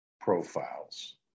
profiles